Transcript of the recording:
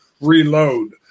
reload